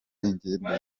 ingendo